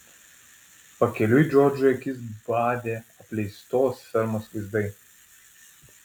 pakeliui džordžui akis badė apleistos fermos vaizdai